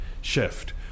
shift